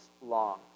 long